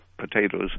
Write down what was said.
potatoes